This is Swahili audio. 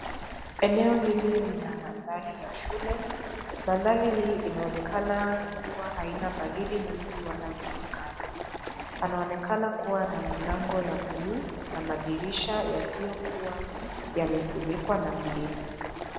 Eneo hili Lina mandhari ya shule, mandhari hii inaonekana kuwa haina baridi ikiwa na jua Kali. Panaonekana kuwa na milango ya bluu na madirisha yasiyokuwa yamefunikwa na ndizi.